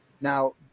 Now